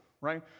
right